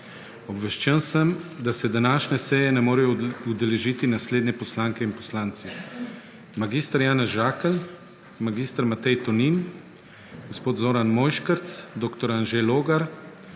Obveščen sem, da se današnje seje ne morejo udeležiti naslednji poslanke in poslanci: mag. Janez Žakelj, mag. Matej Tonin, Zoran Mojškerc, dr. Anže Logar,